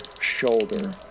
shoulder